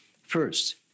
First